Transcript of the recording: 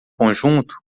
conjunto